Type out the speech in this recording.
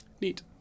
Neat